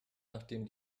nachdem